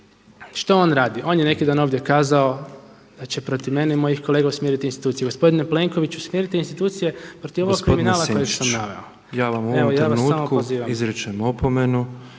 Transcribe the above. što on radi? On je neki dan ovdje kazao da će protiv mene i mojih kolega usmjeriti institucije. Gospodine Plenkoviću, usmjerite institucije protiv ovog kriminala koji, evo ja vas samo pozivam. **Petrov, Božo